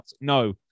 No